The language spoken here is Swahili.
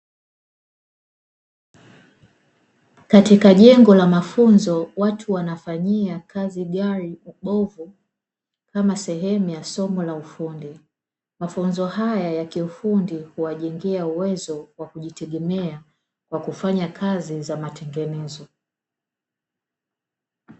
Katika jengo la mafunzo watu wanafanyia kazi gari bovu kama sehemu ya somo la ufundi, Mafunzo haya ya kiufundi huwajengea uwezo wa kujitegemea wa kufanya kazi za matengenezo.